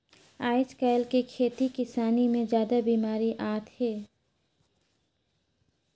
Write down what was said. आयज कायल के खेती किसानी मे जादा बिमारी आत हे